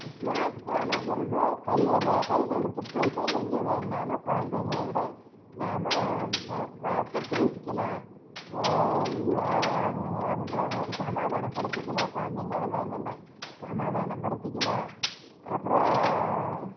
smart ஃபோனுங்கிறது கையில் கையில் எடுத்துட்டு போய்ட்டா எங்கே வேணாலும் குழந்தைங்களோட நாம் பார்த்து பேசிக்கலாம் அவங்கள சமாதான படுத்திக்கலாம் குழந்தைங்க அழுத்தாங்கனா சமாதான படுத்திக்கலாம் அப்பறம்